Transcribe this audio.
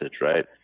right